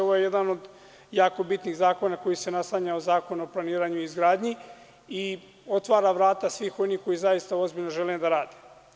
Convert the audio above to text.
Ovo je jedan od jako bitnih zakona koji se naslanja na Zakon o planiranju i izgradnji i otvara vrata svih onih kojizaista ozbiljno žele da rade.